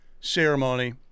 ceremony